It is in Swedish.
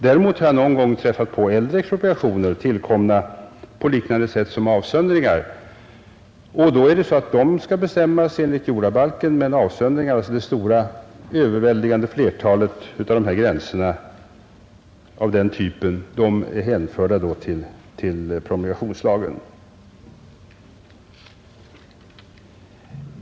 Däremot har jag någon gång träffat på äldre expropriationer, tillkomna på liknande sätt som avsöndringar. De skall bestämmas enligt jordabalken, men avsöndringar, alltså det överväldigande flertalet av dessa gränser av den typen, är hänförda till promulgationslagen.